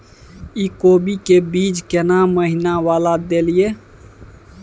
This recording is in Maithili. इ कोबी के बीज केना महीना वाला देलियैई?